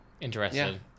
Interesting